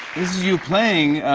is you playing.